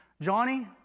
Johnny